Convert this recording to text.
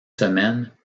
semaine